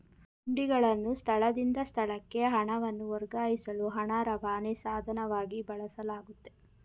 ಹುಂಡಿಗಳನ್ನು ಸ್ಥಳದಿಂದ ಸ್ಥಳಕ್ಕೆ ಹಣವನ್ನು ವರ್ಗಾಯಿಸಲು ಹಣ ರವಾನೆ ಸಾಧನವಾಗಿ ಬಳಸಲಾಗುತ್ತೆ